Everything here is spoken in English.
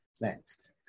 next